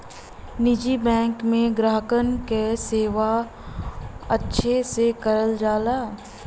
निजी बैंक में ग्राहकन क सेवा अच्छे से करल जाला